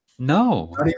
No